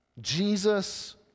Jesus